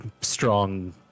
strong